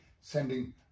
sending